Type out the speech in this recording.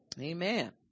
Amen